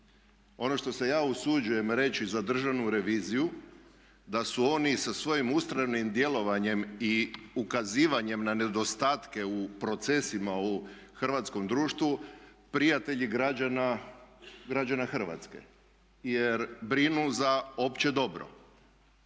ono što se ja usuđujem reći za državnu reviziju da su oni sa svojim ustrajnim djelovanjem i ukazivanjem na nedostatke u procesima u hrvatskom društvu prijatelji građana Hrvatske jer brinu za opće dobro.